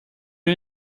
you